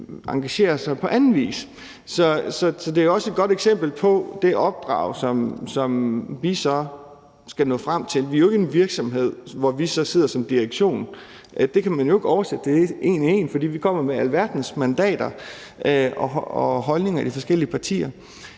engagerer sig på anden vis. Så det er også et godt eksempel på det opdrag, som vi skal nå frem til. Det her er jo ikke en virksomhed, hvor vi sidder som direktion. Det kan man jo ikke oversætte en til en, for vi kommer med alverdens mandater og holdninger i de forskellige partier.